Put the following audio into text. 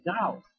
doubt